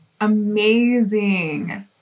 amazing